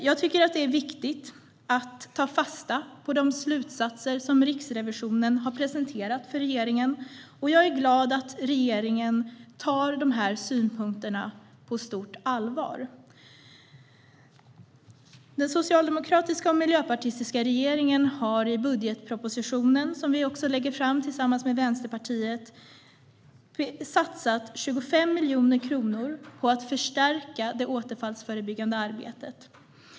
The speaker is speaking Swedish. Jag tycker att det är viktigt att ta fasta på de slutsatser som Riksrevisionen har presenterat för regeringen, och jag är glad att regeringen tar de här synpunkterna på stort allvar. Den socialdemokratiska och miljöpartistiska regeringen har i budgetpropositionen som vi lägger fram tillsammans med Vänsterpartiet satsat 25 miljoner kronor på att förstärka det återfallsförebyggande arbetet.